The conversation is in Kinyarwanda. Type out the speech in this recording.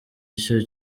icyo